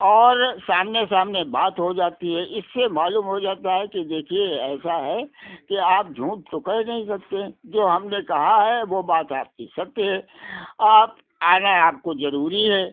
और सामने सामने बात हो जाती है इससे मालूम हो जाता है कि देखिए ऐसा है कि आप झूठ तो कहे नहीं सकते हैं जो हमने कहा है वो बात आपकी सत्य है आप आना आपको जरूरी है